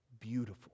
beautiful